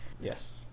Yes